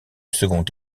second